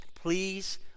Please